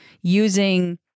using